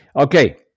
Okay